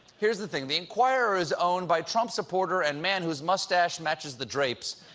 here's the thing the enquirer is owned by trump supporter and man whose mustache matches the drapes,